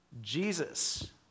Jesus